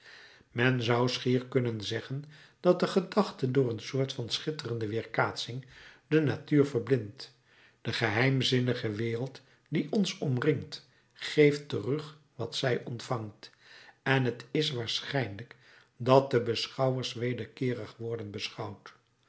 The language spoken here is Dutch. men zou schier kunnen zeggen dat de gedachte door een soort van schitterende weerkaatsing de natuur verblindt de geheimzinnige wereld die ons omringt geeft terug wat zij ontvangt en t is waarschijnlijk dat de beschouwers wederkeerig worden beschouwd